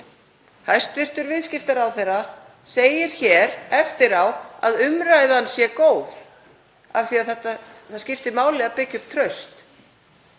Hæstv. viðskiptaráðherra segir hér eftir á að umræðan sé góð af því að það skipti máli að byggja upp traust.